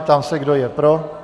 Ptám se, kdo je pro?